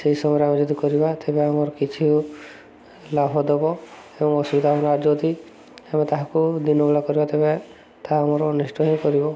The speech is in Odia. ସେହି ସମୟରେ ଆମେ ଯଦି କରିବା ତେବେ ଆମର କିଛି ଲାଭ ଦେବ ଏବଂ ଅସୁବିଧା ଆମର ଯଦି ଆମେ ତାହାକୁ ଦିନବେଳା କରିବା ତେବେ ତାହା ଆମର ଅନିଷ୍ଠ ହିଁ କରିବ